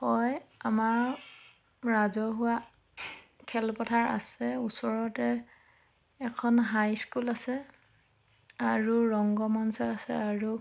হয় আমাৰ ৰাজহুৱা খেলপথাৰ আছে ওচৰতে এখন হাইস্কুল আছে আৰু ৰংগ মঞ্চ আছে আৰু